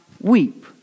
weep